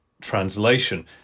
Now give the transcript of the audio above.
translation